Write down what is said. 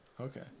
Okay